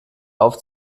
auf